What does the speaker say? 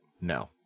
No